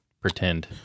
pretend